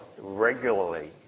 regularly